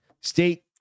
State